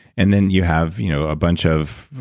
and then you have you know a bunch of.